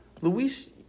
Luis